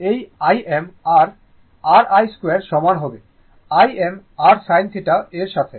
এই Im আর r i2 সমান হবে Im r sinθ এর সাথে